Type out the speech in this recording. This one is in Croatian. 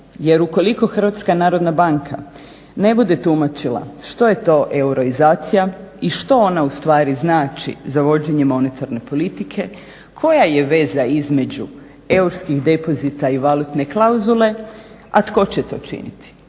Jer ukoliko HNB ne bude tumačila što je to euroizacija i što ona ustvari znači za vođenje monetarne politike, koja je veza između eurskih depozita i valutne klauzule, a tko će to činiti?